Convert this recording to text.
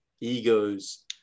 egos